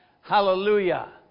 Hallelujah